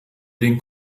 den